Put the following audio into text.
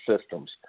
systems